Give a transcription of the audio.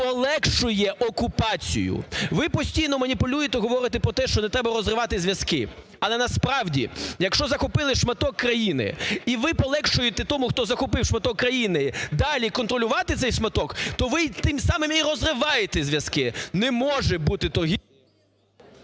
полегшує окупацію. Ви постійно маніпулюєте, говорите про те, що не треба розривати зв'язки. Але насправді, якщо захопили шматок країни і ви полегшуєте тому, хто захопив шматок країни, далі контролювати цей шматок, то ви тим самим і розриваєте зв'язки, не може бути торгівлі…